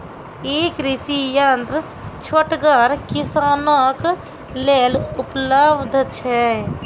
ई कृषि यंत्र छोटगर किसानक लेल उपलव्ध छै?